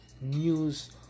News